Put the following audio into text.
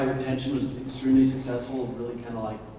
and attention, was extremely successful, really kind of like